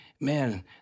man